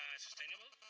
ah sustainable.